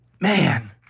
Man